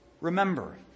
remember